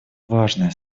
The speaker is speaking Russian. важное